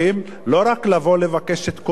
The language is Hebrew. לא רק לבוא לבקש את קולותיהם,